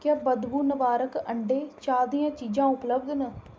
क्या बदबू नबारक अंडें चाह् दियां चीजां उपलब्ध न